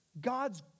God's